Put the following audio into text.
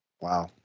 Wow